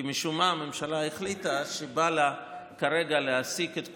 כי משום מה הממשלה החליטה שבא לה כרגע להעסיק את כולם,